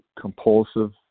compulsive